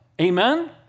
Amen